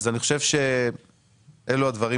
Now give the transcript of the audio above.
אני חושב שאלו הדברים